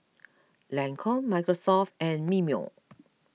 Lancome Microsoft and Mimeo